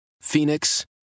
Phoenix